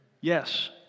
yes